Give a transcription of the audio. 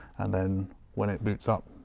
and then when it boots up,